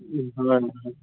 ହ ହା